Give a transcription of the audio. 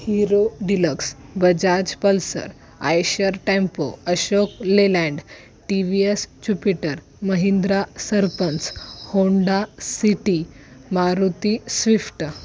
hero Deluxe Bajaj Pulsar Eicher tempo Ashok Leyland T V S Jupiter Mahindra Sarpanch Honda City Maruti Swift